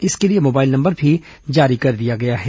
इसके लिए mobile number भी जारी कर दिया गया है